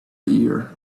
year